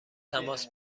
تماس